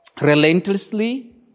relentlessly